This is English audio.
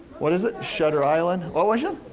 what is it? shutter island? what was it?